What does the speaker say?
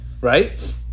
right